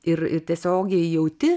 ir ir tiesiogiai jauti